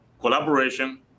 collaboration